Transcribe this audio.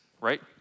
right